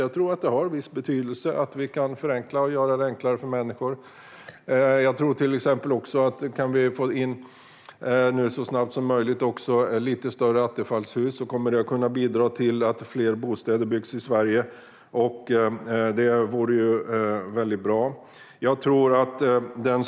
Jag tror att det har en viss betydelse att vi kan göra det enklare för människor. Om vi så snabbt som möjligt till exempel kan få in lite större attefallshus tror jag att detta kommer att kunna bidra till att fler bostäder byggs i Sverige, vilket ju vore väldigt bra.